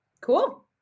Cool